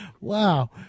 Wow